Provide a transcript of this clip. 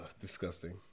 Disgusting